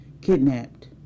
kidnapped